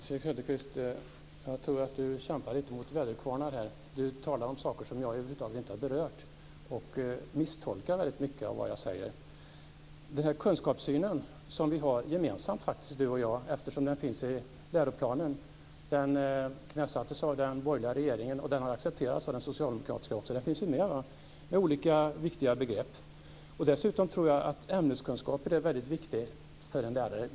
Fru talman! Jag tror att Nils-Erik Söderqvist kämpar lite mot väderkvarnar här. Han talar om saker som jag över huvud taget inte har berört och misstolkar väldigt mycket av vad jag säger. Den kunskapssyn som vi faktiskt har gemensam eftersom den finns i läroplanen knäsattes av den borgerliga regeringen, och den har också accepterats av den socialdemokratiska regeringen. Den finns ju med här med olika, viktiga begrepp. Dessutom tror jag att goda ämneskunskaper är väldigt viktigt för en lärare.